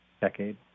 decade